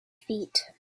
feet